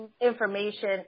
information